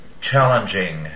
challenging